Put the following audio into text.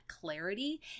clarity